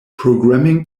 programming